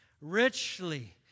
richly